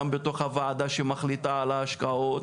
גם בתוך הוועדה שמחליטה על ההשקעות